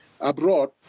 abroad